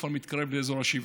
כבר מתקרב לאזור ה-7,